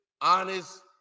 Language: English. honest